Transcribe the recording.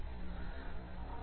vlcsnap 2019 04 15 10h45m04s254